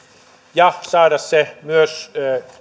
ja saada myös